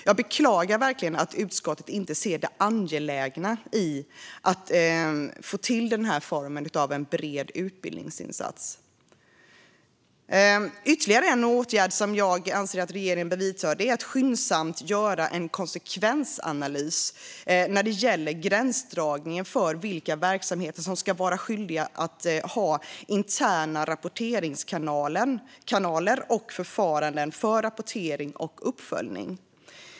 Jag beklagar verkligen att utskottet inte ser det angelägna i att få till denna form av bred utbildningsinsats. Ytterligare en åtgärd som jag anser att regeringen bör vidta är att skyndsamt göra en konsekvensanalys när det gäller gränsdragningen för vilka verksamheter som ska vara skyldiga att ha interna rapporteringskanaler och förfaranden för rapportering och uppföljning.